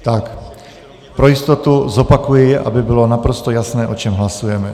Tak pro jistotu zopakuji, aby bylo naprosto jasné, o čem hlasujeme.